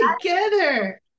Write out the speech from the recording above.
together